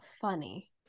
Funny